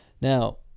Now